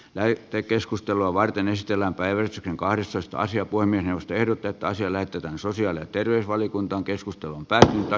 lähetekeskustelua varten ystävänpäivä on kahdestoista sija poimia ehdotetaan sillä että sosiaali ja terveysvaliokunta keskustelun päältä